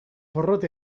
porrot